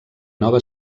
nova